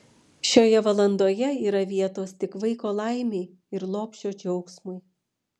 šioje valandoje yra vietos tik vaiko laimei ir lopšio džiaugsmui